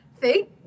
thank